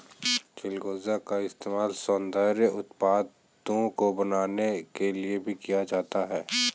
चिलगोजा का इस्तेमाल सौन्दर्य उत्पादों को बनाने के लिए भी किया जाता है